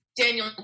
Daniel